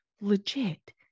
legit